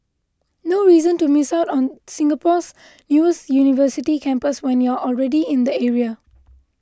no reason to miss out on Singapore's newest university campus when you're already in the area